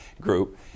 group